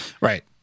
Right